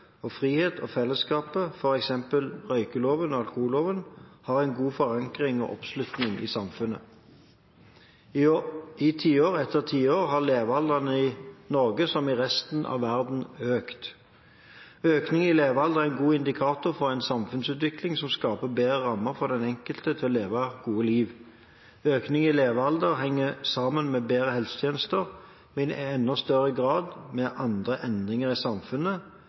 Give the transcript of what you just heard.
og frihet og fellesskapet, f.eks. røykeloven og alkoholloven, har en god forankring og oppslutning i samfunnet. I tiår etter tiår har levealderen i Norge som i resten av verden økt. Økning i levealder er en god indikator på en samfunnsutvikling som skaper bedre rammer for den enkelte til å leve gode liv. Økning i levealder henger sammen med bedre helsetjenester, men i enda større grad med andre endringer i samfunnet,